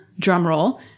drumroll